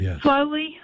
slowly